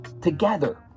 Together